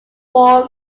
war